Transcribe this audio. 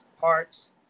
parts